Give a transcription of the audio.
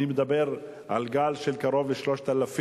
אני מדבר על גל של קרוב ל-3,000,